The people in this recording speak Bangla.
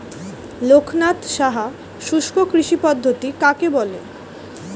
লোকনাথ সাহা শুষ্ককৃষি পদ্ধতি কাকে বলে?